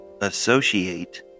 associate